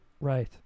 Right